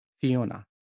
Fiona